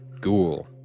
ghoul